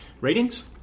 Ratings